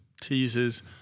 teases